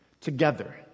Together